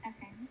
Okay